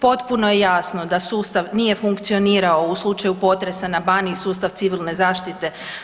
Potpuno je jasno da sustav nije funkcionirao u slučaju potresa na Baniji sustav civilne zaštite.